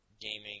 gaming